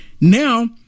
Now